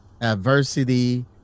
adversity